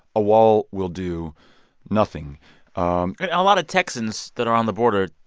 a wall will do nothing um and a lot of texans that are on the border,